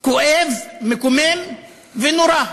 כואב, מקומם ונורא.